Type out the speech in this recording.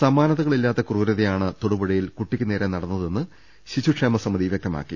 സമാനതകളില്ലാത്ത ക്രൂരതയാണ് തൊടുപുഴയിൽ കുട്ടിയ്ക്ക് നേരെ നടന്നതെന്ന് ശിശുക്ഷേമ സമിതി വൃക്തമാക്കി